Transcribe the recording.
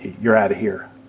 you're-out-of-here